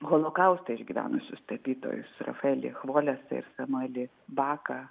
holokaustą išgyvenusius tapytojus rafaelį chvolesą ir samuelį baką